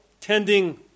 tending